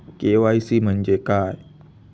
KYC म्हणजे काय?